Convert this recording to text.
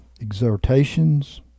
exhortations